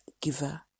giver